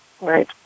Right